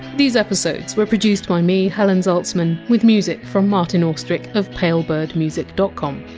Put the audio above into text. these episodes were produced by me, helen zaltzman, with music from martin austwick of palebirdmusic dot com.